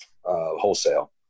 wholesale